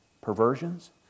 Perversions